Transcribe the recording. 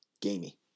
Gamey